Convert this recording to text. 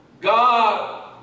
God